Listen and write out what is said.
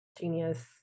Genius